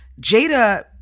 Jada